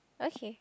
okay